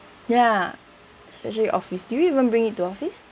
ya especially office do you even bring it to office